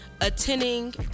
attending